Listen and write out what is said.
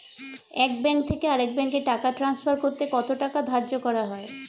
এক ব্যাংক থেকে আরেক ব্যাংকে টাকা টান্সফার করতে কত টাকা ধার্য করা হয়?